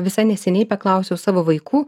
visai neseniai paklausiau savo vaikų